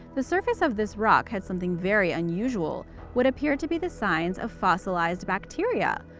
the surface of this rock had something very unusual what appeared to be the signs of fossilised bacteria.